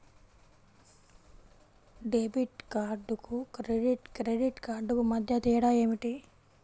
Debit కార్డుకు credit credit కార్డుకు మధ్య తేడా ఏమిటీ?